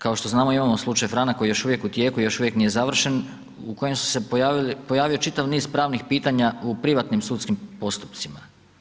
Kao što znamo imamo slučaj Franak koji je još uvijek u tijeku i još uvijek nije završen, u kojem su se pojavili, pojavilo čitav niz pravnih pitanja u privatnim sudskim postupcima.